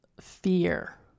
fear